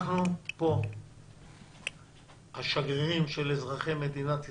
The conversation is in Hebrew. אנחנו פה השגרירים של אזרחי מדינת ישראל.